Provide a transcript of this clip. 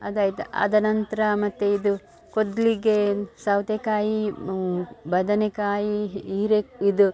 ಅದಾಯ್ತು ಆದ ನಂತರ ಮತ್ತು ಇದು ಕೊದ್ಲಿಗೆ ಸೌತೆಕಾಯಿ ಬದನೇಕಾಯಿ ಹೀರೆ ಇದು